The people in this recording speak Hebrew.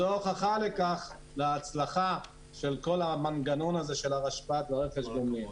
זאת הוכחה של ההצלחה של המנגנון הזה של הרשפ"ת ורכש גומלין.